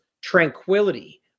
tranquility